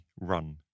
run